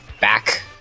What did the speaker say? back